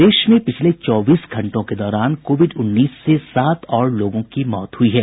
प्रदेश में पिछले चौबीस घंटों के दौरान कोविड उन्नीस से सात और लोगों की मौत हुई है